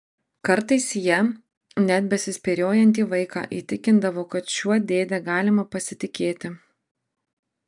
kartais ja net besispyriojantį vaiką įtikindavo kad šiuo dėde galima pasitikėti